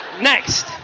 Next